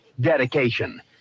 dedication